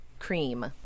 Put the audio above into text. cream